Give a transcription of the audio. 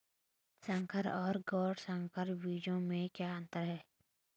संकर और गैर संकर बीजों में क्या अंतर है?